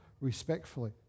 respectfully